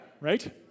Right